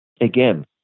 Again